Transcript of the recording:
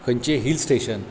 खंयची हिलस्टेशन